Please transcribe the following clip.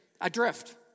Adrift